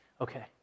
Okay